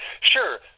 Sure